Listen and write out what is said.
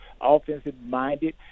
offensive-minded